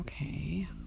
Okay